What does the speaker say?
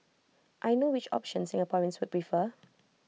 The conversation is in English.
I know which option Singaporeans would prefer